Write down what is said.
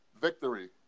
Victory